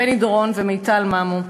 בני דורון ומיטל ממו.